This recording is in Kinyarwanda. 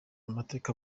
amateka